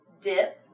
Dip